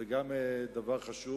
גם זה דבר חשוב.